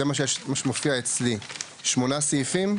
8 סעיפים?